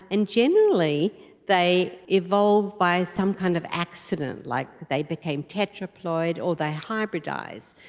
and generally they evolve via some kind of accident, like they become tetraploid or they hybridise.